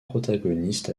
protagonistes